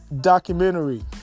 documentary